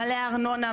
מלא ארנונה,